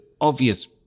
obvious